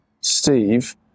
Steve